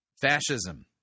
Fascism